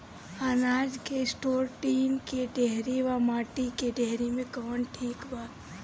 अनाज के store tin के डेहरी व माटी के डेहरी मे कवन ठीक बा?